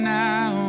now